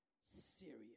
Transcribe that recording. serious